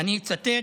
אני אצטט: